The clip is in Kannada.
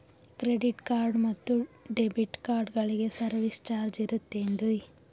ಕ್ರೆಡಿಟ್ ಕಾರ್ಡ್ ಮತ್ತು ಡೆಬಿಟ್ ಕಾರ್ಡಗಳಿಗೆ ಸರ್ವಿಸ್ ಚಾರ್ಜ್ ಇರುತೇನ್ರಿ?